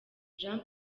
jean